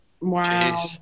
Wow